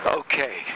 okay